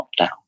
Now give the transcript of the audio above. lockdown